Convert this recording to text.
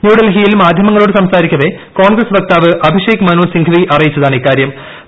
ന്യൂഡൽഹിയിൽ മാധ്യമങ്ങളോട് സംസാരിക്കവെ കോൺഗ്രസ് വക്താവ് അഭിഷേക് മനു സിംഘ്വി അറിയിച്ചതാണിക്കാര്യം